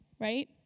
right